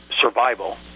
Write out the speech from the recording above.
survival